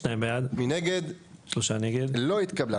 הצבעה בעד, 2 נגד, 3 נמנעים, 0 הרביזיה לא התקבלה.